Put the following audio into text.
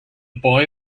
boy